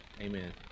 Amen